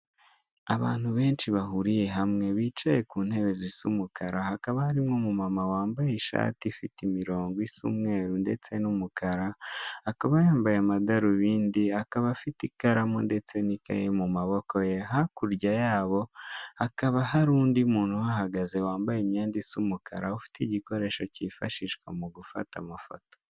Abantu benshi bahuriye hamwe bicaye ku ntebe zisa umukara hakaba hari n'umumama wambaye ishati ifite imironko isa umweru ndetse n'umukara, akaba yambaye amadarobindi akaba afite ikaramu mu maboko ye, hakurya yabo hakaba hari undi muntu uhahagaze wambaye imyenda isa umukara ufite igikoreshwo kifashishwa mu gufata amafoto.